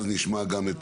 בוקר טוב לכולם.